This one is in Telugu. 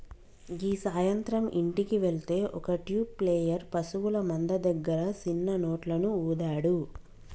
గీ సాయంత్రం ఇంటికి వెళ్తే ఒక ట్యూబ్ ప్లేయర్ పశువుల మంద దగ్గర సిన్న నోట్లను ఊదాడు